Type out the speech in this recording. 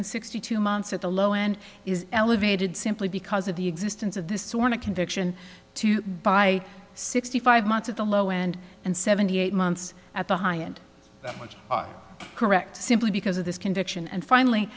hundred sixty two months at the low end is elevated simply because of the existence of this sort of conviction to buy sixty five months at the low end and seventy eight months at the high end which are correct simply because of this conviction and finally